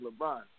LeBron